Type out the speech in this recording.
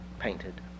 painted